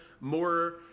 more